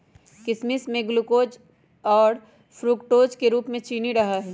किशमिश में ग्लूकोज और फ्रुक्टोज के रूप में चीनी रहा हई